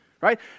right